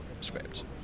script